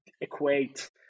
equate